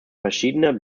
verschiedener